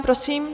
Prosím.